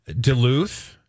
Duluth